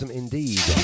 indeed